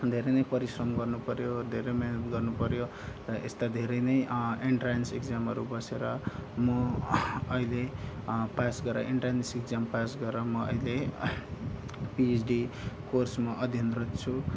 धेरै नै परिश्रम गर्नुपर्यो धेरै मिहिनेत गर्नुपर्यो र यस्ता धेरै नै इन्ट्रेन्स एक्जामहरू बसेर म अहिले पास गरा इन्ट्रेन्स एक्जाम पास गरेर म अहिले पिएचडी कोर्स म अध्ययनरत छु